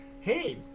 hey